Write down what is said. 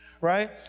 right